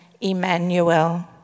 Emmanuel